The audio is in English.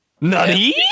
Nutty